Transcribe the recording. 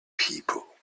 people